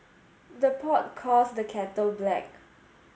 the pot calls the kettle black